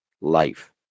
life